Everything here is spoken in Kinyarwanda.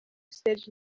stage